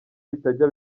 bitajya